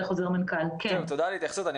חבר הכנסת עוזי דיין התייחס לתנועת הנוער העובד והלומד,